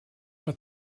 but